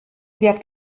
wirkt